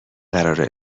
قراره